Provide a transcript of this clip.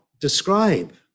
describe